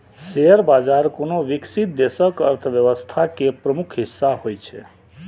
share बाजार कोनो विकसित देशक अर्थव्यवस्था के प्रमुख हिस्सा होइ छै